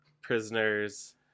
prisoners